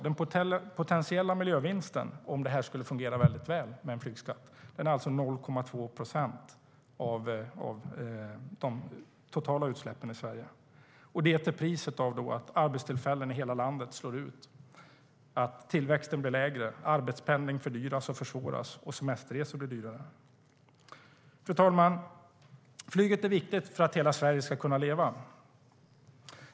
Den potentiella miljövinsten om flygskatten skulle fungera väl skulle som sagt bli 0,2 procent av de totala utsläppen i Sverige - och det till priset av att arbetstillfällen i hela landet försvinner, att tillväxten blir lägre, att arbetspendling fördyras och försvåras och att semesterresor blir dyrare. Fru talman! Flyget är viktigt för att hela Sverige ska kunna leva.